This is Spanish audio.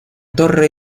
torre